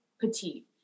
petite